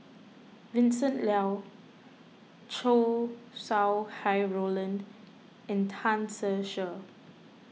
Vincent Leow Chow Sau Hai Roland and Tan Ser Cher